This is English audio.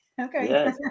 Okay